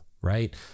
right